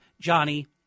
Johnny